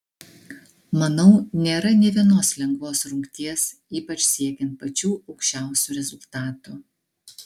manau nėra nė vienos lengvos rungties ypač siekiant pačių aukščiausių rezultatų